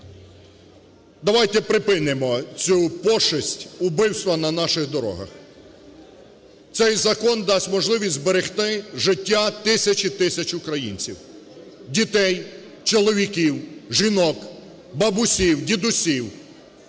Давайте припинимо цю пошесть, убивства на наших дорогах. Цей закон дасть можливість зберегти життя тисяч і тисяч українців, дітей, чоловіків, жінок, бабусь, дідусів.